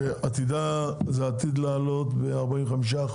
שעתיד לעלות ב-45%,